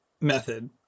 method